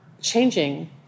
changing